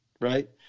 right